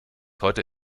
heute